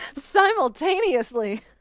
simultaneously